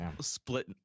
split